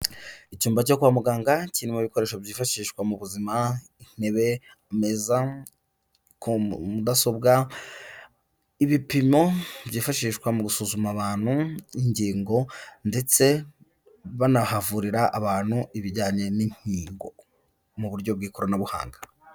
Icyumba cyo kwa muganga kirimo ibikoresho byifashishwa mu buzima, intebe, ameza, mudasobwa ibipimo byifashishwa mu gusuzuma abantu ingingo ndetse banahavurira abantu ibijyanye n'inkingo mu buryo bw'ikoranabuhanga.